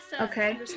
Okay